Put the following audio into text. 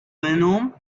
venom